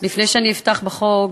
לפני שאני אפתח בחוק,